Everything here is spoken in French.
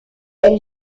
elle